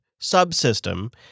subsystem